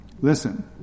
Listen